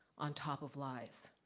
on top of lies.